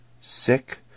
sick